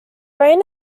rain